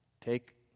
take